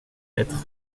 hêtres